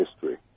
history